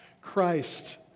Christ